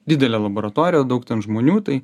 didelė laboratorija daug ten žmonių tai